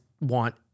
want